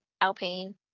Alpine